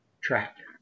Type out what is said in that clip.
tractor